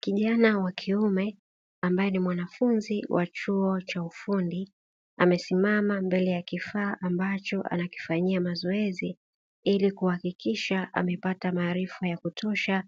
Kijana wa kiume ambaye ni mwanafunzi wa chuo cha ufundi. Amesimama mbele ya kifaa ambacho anakifanyia mazoezi, ili kuhakikisha amepata maarifa ya kutosha